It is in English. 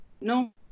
No